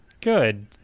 good